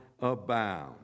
abound